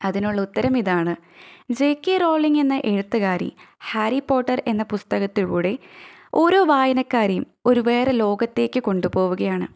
അതിനുള്ള ഉത്തരം ഇതാണ് ജെ കെ റോളിങ്ങെന്ന എഴുത്തുകാരി ഹാരി പോട്ടര് എന്ന പുസ്തകത്തിലൂടെ ഒരോ വായനക്കാരെയും ഒരു വേറെ ലോകത്തേക്ക് കൊണ്ടു പോകുകയാണ്